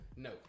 No